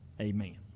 amen